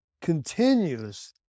continues